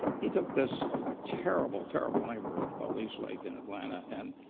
he took this terrible, terrible neighborhood called east lake in atlanta, and